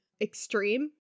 extreme